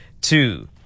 two